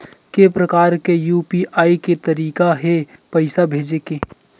के प्रकार के यू.पी.आई के तरीका हे पईसा भेजे के?